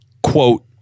quote